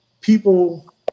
people